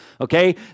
okay